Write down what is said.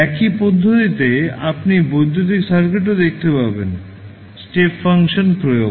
একই পদ্ধতিতে আপনি বৈদ্যুতিক সার্কিটেও দেখতে পাবেন স্টেপ ফাংশন প্রয়োগ